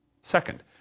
Second